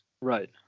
right